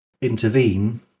intervene